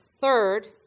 Third